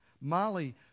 Molly